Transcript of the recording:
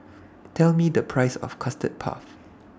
Tell Me The Price of Custard Puff